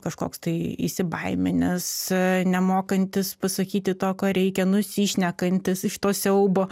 kažkoks tai įsibaiminęs nemokantis pasakyti to ką reikia nusišnekantis iš to siaubo